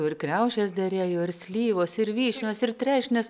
ir kriaušes derėjo ir slyvos ir vyšnios ir trešnės